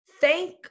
thank